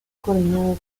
coordinado